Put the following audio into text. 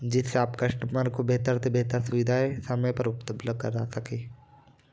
जिससे आप कस्टमर को बेहतर से बेहतर सुविधाएँ समय पर उपलब्ध करा सकें